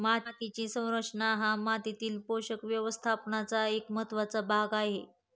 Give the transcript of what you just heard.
मातीची संरचना हा मातीतील पोषक व्यवस्थापनाचा एक महत्त्वाचा भाग आहे